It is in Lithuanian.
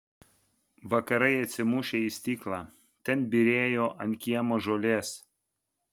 vakarai atsimušę į stiklą ten byrėjo ant kiemo žolės